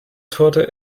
torte